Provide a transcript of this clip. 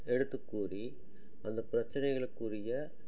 எடுத்துக் கூறி அந்தப் பிரச்சனைகளுக்குரிய